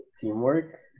teamwork